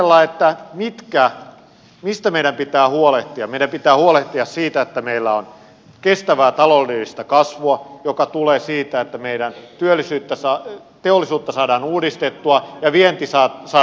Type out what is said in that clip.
jos ajatellaan mistä meidän pitää huolehtia niin meidän pitää huolehtia siitä että meillä on kestävää taloudellista kasvua joka tulee siitä että meidän teollisuutta saadaan uudistettua ja vienti saadaan vetämään